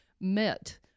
met